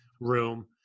room